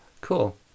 Cool